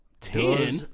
Ten